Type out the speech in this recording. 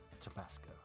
Tabasco